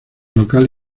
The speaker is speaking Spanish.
local